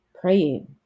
praying